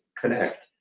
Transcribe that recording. connect